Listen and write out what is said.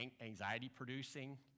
anxiety-producing